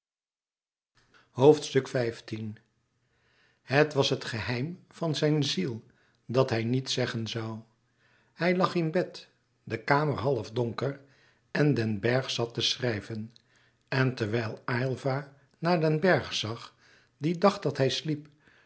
het was het geheim van zijn ziel dat hij niet zeggen zoû hij lag in bed de kamer half donker en den bergh zat te schrijven en terwijl aylva naar den bergh zag die dacht dat hij sliep